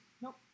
Nope